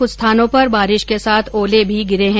कुछ स्थानों पर बारिश के साथ ओले भी गिरे है